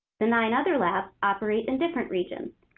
the nine other labs operate in different regions.